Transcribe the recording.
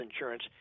insurance